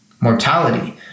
mortality